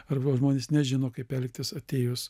arba žmonės nežino kaip elgtis atėjus